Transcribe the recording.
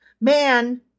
Man